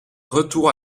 retour